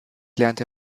lernte